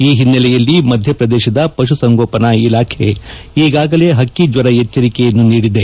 ಈ ಹಿನ್ನೆಲೆಯಲ್ಲಿ ಮಧ್ಯಪ್ರದೇಶದ ಪಶುಸಂಗೋಪನಾ ಇಲಾಖೆ ಈಗಾಗಲೇ ಹಕ್ಕಿಜ್ವರ ಎಚ್ಚರಿಕೆಯನ್ನು ನೀಡಿದೆ